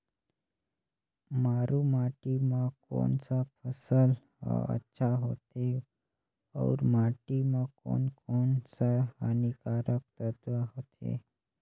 मारू माटी मां कोन सा फसल ह अच्छा होथे अउर माटी म कोन कोन स हानिकारक तत्व होथे?